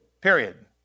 Period